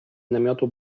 namiotu